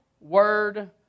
word